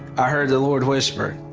i heard the lord whisper,